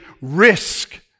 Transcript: risk